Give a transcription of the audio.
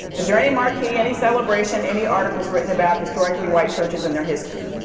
is there any marquee, any celebration, any articles written about historically white churches and their history?